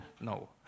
no